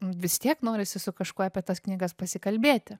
vis tiek norisi su kažkuo apie tas knygas pasikalbėti